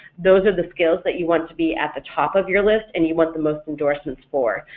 those are the skills that you want to be at the top of your list and you want the most endorsements for.